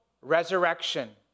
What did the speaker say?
resurrection